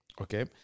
okay